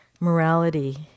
Morality